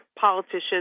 politicians